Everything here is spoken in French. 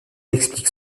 explique